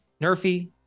Nerfie